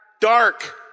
dark